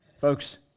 Folks